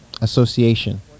association